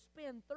spend